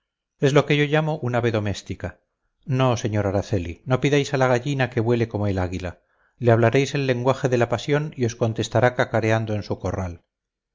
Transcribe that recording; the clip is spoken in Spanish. es lo que yo llamo un ave doméstica no señor araceli no pidáis a la gallina que vuele como el águila le hablaréis el lenguaje de la pasión y os contestará cacareando en su corral